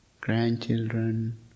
grandchildren